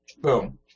Boom